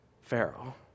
Pharaoh